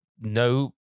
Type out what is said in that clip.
No